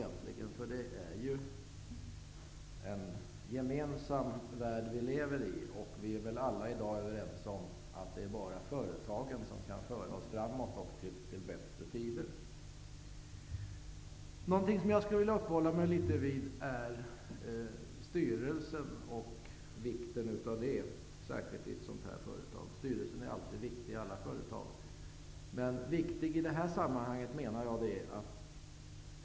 Vi lever ju i en gemensam värld, och vi är väl alla i dag överens om att det bara är företagen som kan föra oss fram mot bättre tider. Jag skulle vilja uppehålla mig litet vid frågan om Industrifondens styrelse och dess betydelse särskilt i ett sådant här företag. Styrelsen är alltid viktig i alla företag.